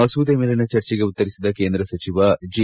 ಮಸೂದೆ ಮೇಲಿನ ಚರ್ಚೆಗೆ ಉತ್ತರಿಸಿದ ಕೇಂದ್ರ ಸಚಿವ ಜಿ